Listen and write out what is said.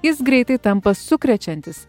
jis greitai tampa sukrečiantis